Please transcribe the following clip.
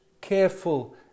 careful